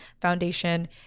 Foundation